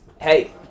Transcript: hey